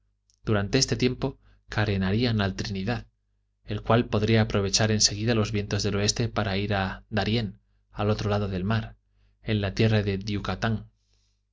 durante este tiempo carenarían al trinidad el cual podría aprovechar en seguida los vientos del oeste para ir a darién al otro lado del mar en la tierra del diucatán